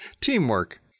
Teamwork